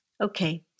Okay